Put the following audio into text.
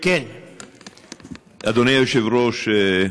אדוני היושב-ראש,